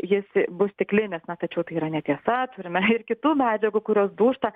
jis bus stiklinis tačiau tai yra netiesa turime ir kitų medžiagų kurios dūžta